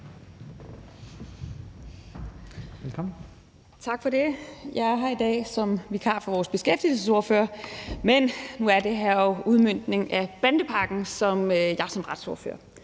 (RV): Tak for det. Jeg er her i dag som vikar for vores beskæftigelsesordfører, men nu er det her jo udmøntning af bandepakken, som jeg som retsordfører